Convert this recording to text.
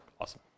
Awesome